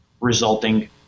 Resulting